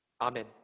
Amen